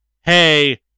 hey